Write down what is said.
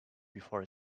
before